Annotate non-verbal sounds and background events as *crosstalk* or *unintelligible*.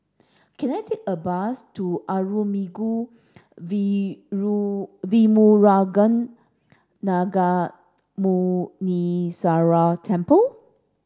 can I take a bus to Arulmigu *unintelligible* Velmurugan Gnanamuneeswarar Temple